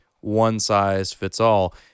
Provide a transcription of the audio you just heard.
one-size-fits-all